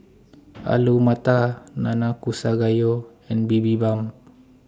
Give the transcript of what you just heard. Alu Matar Nanakusa Gayu and Bibimbap